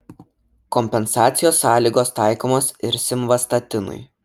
kompensacijos sąlygos taikomos ir simvastatinui